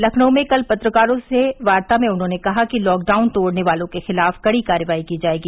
लखनऊ में कल पत्रकारों से वार्ता में उन्होंने कहा कि लॉकडाउन तोड़ने वालों के खिलाफ कड़ी कार्रवाई की जाएगी